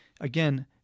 again